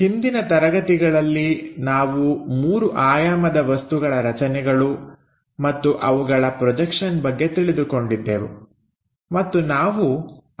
ಹಿಂದಿನ ತರಗತಿಗಳಲ್ಲಿ ನಾವು ಮೂರು ಆಯಾಮದ ವಸ್ತುಗಳ ರಚನೆಗಳು ಮತ್ತು ಅವುಗಳ ಪ್ರೊಜೆಕ್ಷನ್ ಬಗ್ಗೆ ತಿಳಿದುಕೊಂಡಿದ್ದೆವು ಮತ್ತು ನಾವು ಆ ಪ್ರೊಜೆಕ್ಷನ್ಗಳನ್ನು ಮುಂದುವರೆಸೋಣ